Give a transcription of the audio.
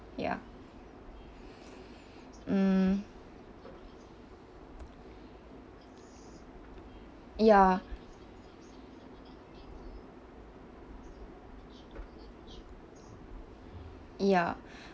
ya mm ya ya